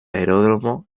aeródromo